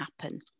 happen